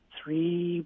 Three